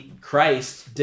Christ